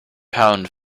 pound